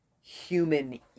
human